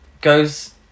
goes